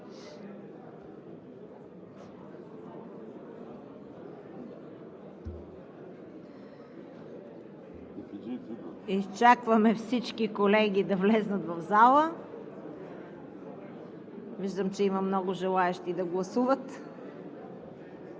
Изчакваме всички колеги да влязат в залата. Виждам, че има много желаещи да гласуват.